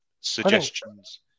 suggestions